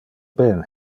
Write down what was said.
ben